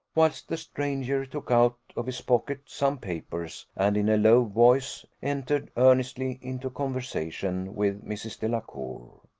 whilst the stranger took out of his pocket some papers, and in a low voice entered earnestly into conversation with mrs. delacour.